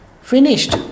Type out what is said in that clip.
finished